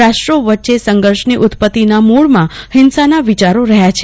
રાષ્ટ્રો વચે સંધર્ષ ની ઉત્ત્પતીના મૂળમાં ફિંસાના વિચારો રહ્યા છે